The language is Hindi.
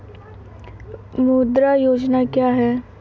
मुद्रा योजना क्या है?